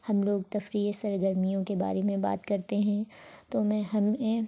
ہم لوگ تفریحی سرگرمیوں کے بارے میں بات کرتے ہیں تو میں ہمیں